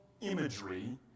imagery